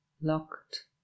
locked